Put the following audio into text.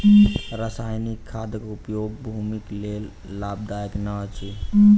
रासायनिक खादक उपयोग भूमिक लेल लाभदायक नै अछि